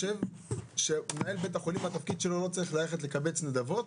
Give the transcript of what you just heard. התפקיד של מנהל בית החולים הוא לא ללכת לקבץ נדבות,